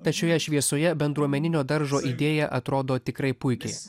tad šioje šviesoje bendruomeninio daržo idėja atrodo tikrai puikiai